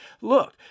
look